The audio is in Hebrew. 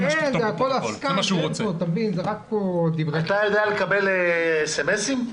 אתה מקבל סמ"סים?